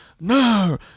No